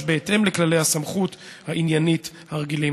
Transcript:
בהתאם לכללי הסמכות העניינית הרגילים.